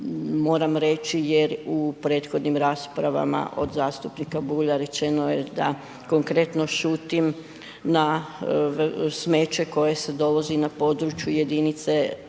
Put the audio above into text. moram reći jer u prethodnim raspravama od zastupnika Bulja rečeno je da konkretno šutim na smeće koje se dovozi na području jedinice